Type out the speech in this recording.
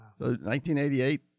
1988